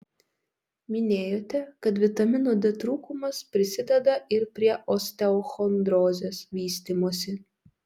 minėjote kad vitamino d trūkumas prisideda ir prie osteochondrozės vystymosi